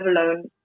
alone